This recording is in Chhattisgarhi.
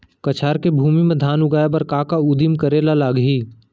कछार के भूमि मा धान उगाए बर का का उदिम करे ला लागही?